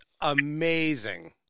amazing